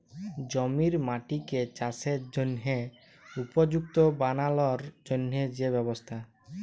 জমির মাটিকে চাসের জনহে উপযুক্ত বানালর জন্হে যে ব্যবস্থা